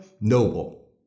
noble